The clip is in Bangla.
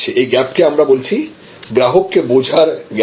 এই গ্যাপটা কে আমরা বলছি গ্রাহককে বোঝার গ্যাপ